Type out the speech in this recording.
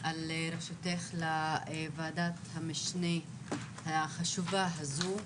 על ראשותך לוועדת המשנה החשובה הזו,